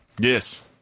yes